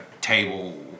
table